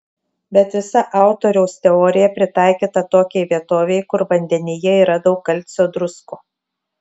bet visa autoriaus teorija pritaikyta tokiai vietovei kur vandenyje yra daug kalcio druskų